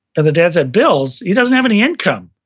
and the dad said, bills? he doesn't have any income.